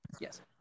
Yes